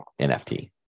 NFT